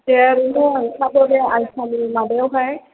बे आइपुवालि माबायावहाय